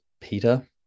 peter